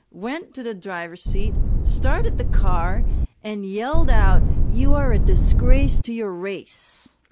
went to the driver's seat, started the car and yelled out, you are a disgrace to your race.